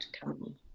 come